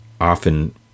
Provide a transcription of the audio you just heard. often